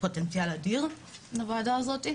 פוטנציאל אדיר לוועדה הזאת,